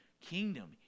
kingdom